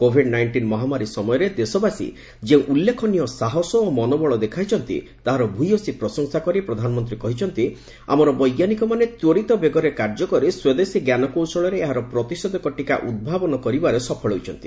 Covid nineteen ମହାମାରୀ ସମୟରେ ଦେଶବାସୀ ଯେଉଁ ଉଲ୍ଲ୍ଖେନୀୟ ସାହସ ଓ ମନୋବଳ ଦେଖାଇଛନ୍ତି ତାହାର ଭୂୟସୀ ପ୍ରଶଂସା କରି ପ୍ରଧାନମନ୍ତ୍ରୀ କହିଛନ୍ତି ଆମର ବୈଜ୍ଞାନିକମାନେ ତ୍ୱରିତ ବେଗରେ କାର୍ଯ୍ୟ କରି ସ୍ୱଦେଶୀ ଜ୍ଞାନକୌଶଳରେ ଏହାର ପ୍ରତିଷେଧକ ଟିକା ଉଭାବନ କରିବାରେ ସଫଳ ହୋଇଛନ୍ତି